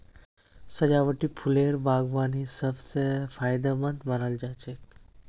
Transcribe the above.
सजावटी फूलेर बागवानी सब स फायदेमंद मानाल जा छेक